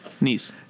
Niece